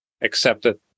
accepted